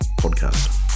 podcast